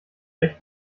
recht